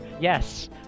yes